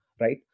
right